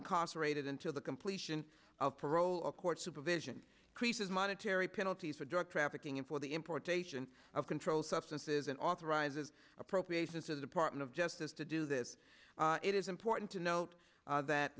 incarcerated until the completion of parole or court supervision creases monetary penalties for drug trafficking and for the importation of controlled substances and authorizes appropriations to the department of justice to do this it is important to note that th